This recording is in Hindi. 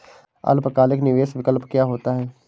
अल्पकालिक निवेश विकल्प क्या होता है?